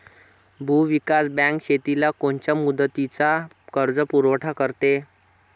भूविकास बँक शेतीला कोनच्या मुदतीचा कर्जपुरवठा करते?